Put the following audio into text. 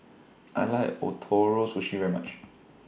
I like Ootoro Sushi very much